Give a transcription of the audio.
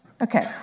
Okay